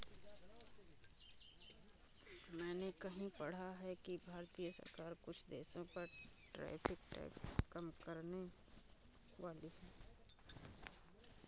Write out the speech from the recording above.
मैंने कहीं पढ़ा है कि भारतीय सरकार कुछ देशों पर टैरिफ टैक्स कम करनेवाली है